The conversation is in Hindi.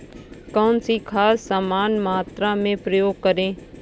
कौन सी खाद समान मात्रा में प्रयोग करें?